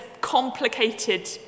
complicated